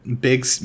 big